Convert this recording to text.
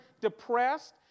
depressed